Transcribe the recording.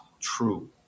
true